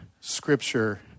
scripture